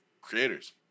creators